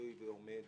תלוי ועומד